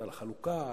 על החלוקה,